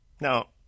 Now